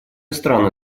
страны